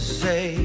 say